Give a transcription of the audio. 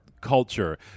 culture